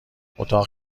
اتاق